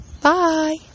Bye